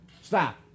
Stop